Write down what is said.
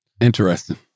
Interesting